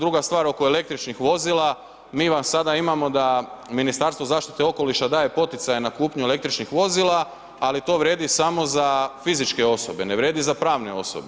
Druga stvar, oko električnih vozila, mi vam sada imamo da Ministarstvo zaštite okoliša daje poticaje na kupnju električnih vozila, ali to vrijedi samo za fizičke osobe, ne vrijedi za pravne osobe.